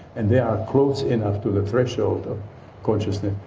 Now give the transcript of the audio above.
and they are close enough to the threshold of consciousness,